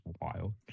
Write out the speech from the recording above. wild